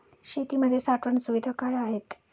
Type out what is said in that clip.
शेतीमध्ये साठवण सुविधा काय आहेत?